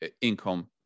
income